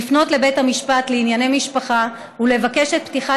לפנות לבית המשפט לענייני משפחה ולבקש את פתיחת